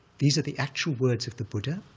these are the actual words of the buddha,